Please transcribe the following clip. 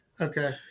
Okay